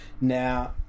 Now